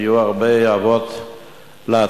היו הרבה אבות להצלחה.